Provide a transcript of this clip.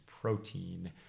protein